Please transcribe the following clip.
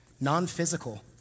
non-physical